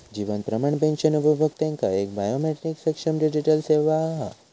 जीवन Pramaan pension उपभोक्त्यांका एक biometric सक्षम डिजीटल सेवा हा